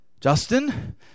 Justin